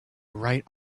right